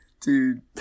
Dude